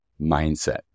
mindset